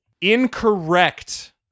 Incorrect